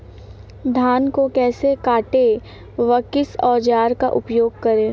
धान को कैसे काटे व किस औजार का उपयोग करें?